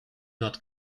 not